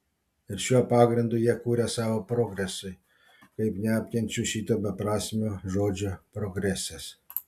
ir šiuo pagrindu jie kuria savo progresui kaip neapkenčiu šito beprasmio žodžio progresas